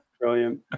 Brilliant